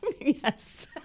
Yes